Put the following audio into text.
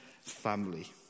family